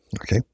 Okay